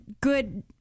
good